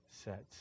sets